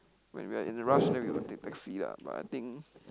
when we are in a rush then we will take taxi lah but I think